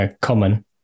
common